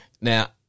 Now